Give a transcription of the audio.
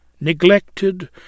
Neglected